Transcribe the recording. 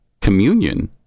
communion